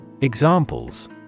Examples